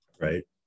Right